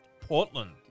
Portland